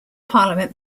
parliament